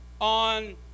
on